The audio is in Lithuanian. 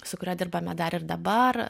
su kuriuo dirbame dar ir dabar